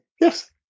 yes